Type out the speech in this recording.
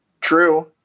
true